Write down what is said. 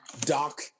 Doc